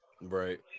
right